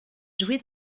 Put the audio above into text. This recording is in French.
joué